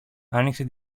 άνοιξε